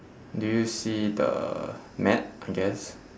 do you see the mat I guess